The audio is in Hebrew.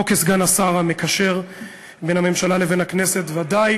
לא כסגן השר המקשר בין הממשלה לכנסת, בוודאי